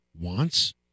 wants